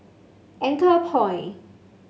Anchorpoint